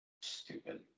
Stupid